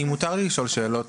אני מותר לי לשאול שאלות,